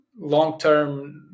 long-term